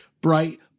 bright